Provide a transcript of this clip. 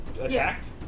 attacked